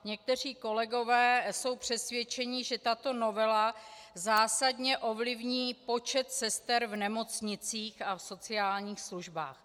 Někteří kolegové jsou přesvědčeni, že tato novela zásadně ovlivní počet sester v nemocnicích a v sociálních službách.